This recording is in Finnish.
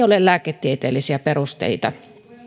ole lääketieteellisiä perusteita